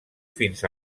fins